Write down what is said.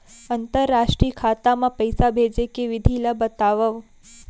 अंतरराष्ट्रीय खाता मा पइसा भेजे के विधि ला बतावव?